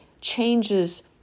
changes